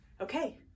Okay